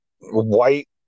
white